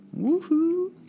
Woohoo